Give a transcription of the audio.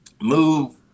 move